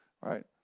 right